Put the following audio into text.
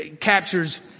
captures